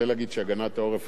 היא לא מערכת הביטחון?